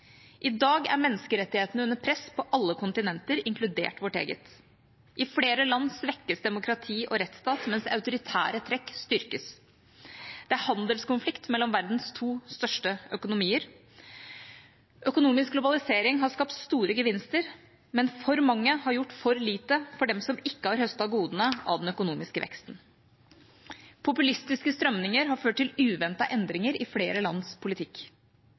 I dag er menneskerettighetene under press på alle kontinenter, inkludert vårt eget. I flere land svekkes demokrati og rettsstat, mens autoritære trekk styrkes. Det er handelskonflikt mellom verdens to største økonomier. Økonomisk globalisering har skapt store gevinster, men for mange har gjort for lite for dem som ikke har høstet godene av den økonomiske veksten. Populistiske strømninger har ført til uventede endringer i flere lands politikk.